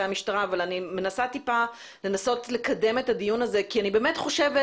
המשטרה אבל אני רוצה טיפה לנסות לקדם את הדיון הזה כי אני באמת חושבת